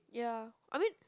ya I mean